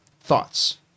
thoughts